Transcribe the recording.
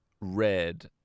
red